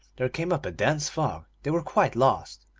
there came up a dense fog they were quite lost.